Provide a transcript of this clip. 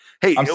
Hey